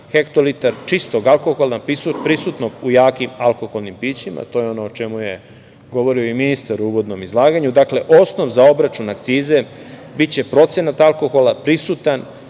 hektolitar čistog alkohola prisutnog u jakim alkoholnim pićima, a to je ono o čemu je govorio i ministar u uvodnom izlaganju. Dakle, osnov za obračun akcize biće procenat alkohola prisutan